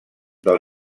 del